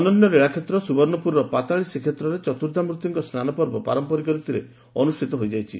ଅନନ୍ୟ ଲୀଳାଷେତ୍ର ସୁବର୍ଶ୍ୱପୁରର ପାତାଳୀ ଶ୍ରୀକ୍ଷେତ୍ରରେ ଚତୁର୍ଦ୍ଧାମ୍ରଭିଙ୍କ ସ୍ନାନପର୍ବ ପାରମ୍ମରିକ ରୀତରେ ଅନୁଷିତ ହୋଇଯାଇଛି